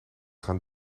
gaan